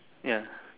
ya